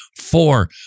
Four